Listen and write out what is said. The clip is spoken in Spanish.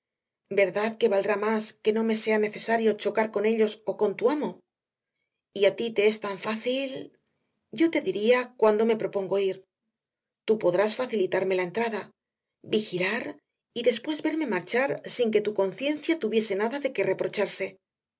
verdad que valdrá más que no me sea necesario chocar con ellos o con tu amo y a ti te es tan fácil yo te diría cuando me propongo ir tú podrás facilitarme la entrada vigilar y después verme marchar sin que tu conciencia tuviese nada de que reprocharse